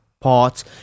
parts